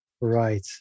Right